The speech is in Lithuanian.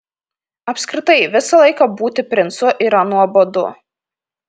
apskritai visą laiką būti princu yra nuobodu